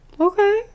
okay